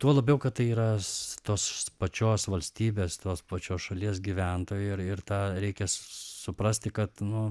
tuo labiau kad tai yra s tos pačios valstybės tos pačios šalies gyventojai ir ir tą reikia suprasti kad nu